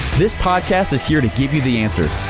this podcast is here to give you the answer.